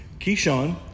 Keyshawn